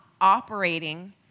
operating